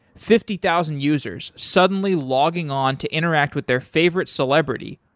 fifty thousand users suddenly logging on to interact with their favorite celebrity,